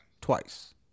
Twice